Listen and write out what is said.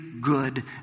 good